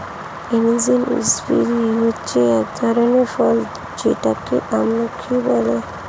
Indian gooseberry হচ্ছে এক ধরনের ফল যেটাকে আমলকি বলে